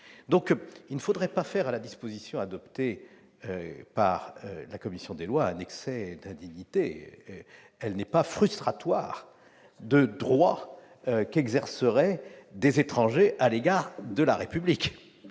Il ne faudrait donc pas faire à la disposition adoptée par la commission des lois un excès d'indignité. Elle n'est pas frustratoire de droits qu'exerceraient des étrangers à l'égard de la République